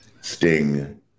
Sting